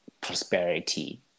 prosperity